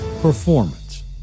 Performance